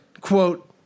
quote